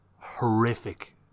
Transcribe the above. horrific